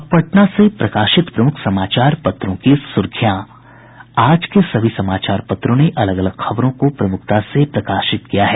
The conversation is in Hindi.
अब पटना से प्रकाशित प्रमुख समाचार पत्रों की सुर्खियां आज के सभी समाचार पत्रों ने अलग अलग खबरों को प्रमुखता से प्रकाशित किया है